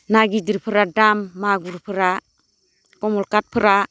ना गिदिरफोरा दाम मागुरफोरा खमल खाथफोरा